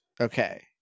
Okay